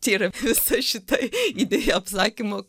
čia yra apie visa šitą idėją apsakymo